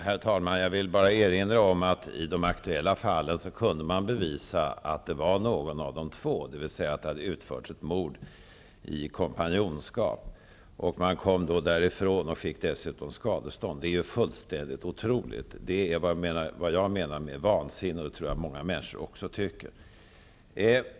Herr talman! Jag vill bara erinra om att man i de aktuella fallen kunde bevisa att det var någon av de två personerna som hade utfört mordet, dvs. att det hade utförts i kompanjonskap. De kom därifrån och fick dessutom skadestånd. Det är fullständigt otroligt. Det är vad jag menar med vansinne, och jag tror att många människor också tycker det.